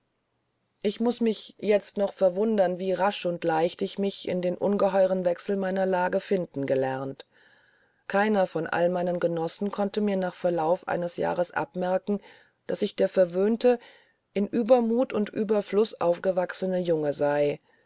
ich muß mich jetzt noch verwundern wie rasch und leicht ich mich in den ungeheuren wechsel meiner lage finden gelernt keiner von all meinen genossen konnte mir nach verlauf eines jahres abmerken daß ich der verwöhnte in uebermuth und ueberfluß aufgewachsene junge sei